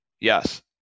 Yes